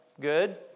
Good